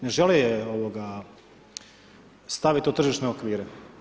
Ne žele je staviti u tržišne okvire.